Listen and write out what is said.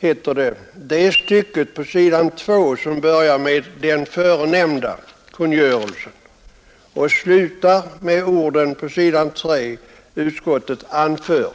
det avsnitt som börjar på s. 2 i betänkandet med orden ”Den förenämnda kungörelsen” och slutar på s. 3 med orden ”utskottet anfört”.